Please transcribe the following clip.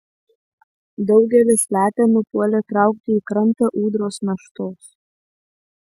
daugelis letenų puolė traukti į krantą ūdros naštos